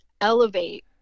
elevate